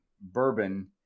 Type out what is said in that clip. bourbon